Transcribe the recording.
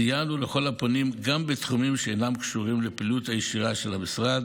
סייענו לכל הפונים גם בתחומים שאינם קשורים לפעילות הישירה של המשרד,